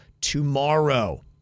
tomorrow